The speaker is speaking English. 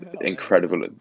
Incredible